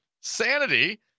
Sanity